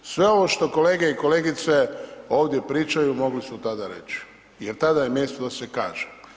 Sve ovo što kolege i kolegice ovdje pričaju, mogli su tada reći jer tada je mjesto da se kaže.